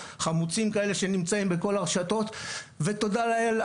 חמוצים כאלה שנמצאים בכל הרשתות ותודה לאל,